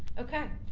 okay,